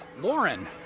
Lauren